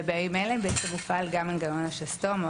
וממילא בעצם מופעל גם מנגנון השסתום או